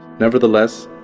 nevertheless,